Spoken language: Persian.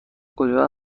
کجا